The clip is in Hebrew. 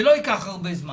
זה לא ייקח הרבה זמן,